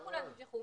לא כולם ימשכו.